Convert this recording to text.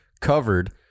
covered